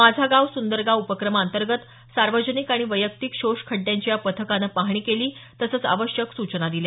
माझा गाव सुंदर गाव उपक्रमांतर्गत सार्वजनिक आणि वैयक्तिक शोष खड्डयांची या पथकानं पाहणी केली तसंच आवश्यक सूचना दिल्या